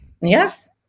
Yes